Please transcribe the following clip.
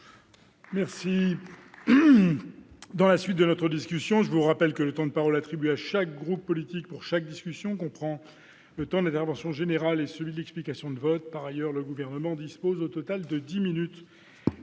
de la mission. Mes chers collègues, je vous rappelle que le temps de parole attribué à chaque groupe pour chaque unité de discussion comprend le temps de l'intervention générale et celui de l'explication de vote. Par ailleurs, le Gouvernement dispose au total de dix minutes